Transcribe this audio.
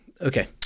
Okay